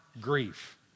grief